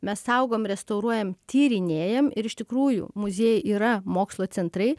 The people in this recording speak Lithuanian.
mes saugom restauruojam tyrinėjam ir iš tikrųjų muziejai yra mokslo centrai